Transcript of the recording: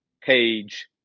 page